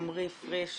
עמרי פריש,